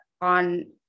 on